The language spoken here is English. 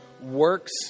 works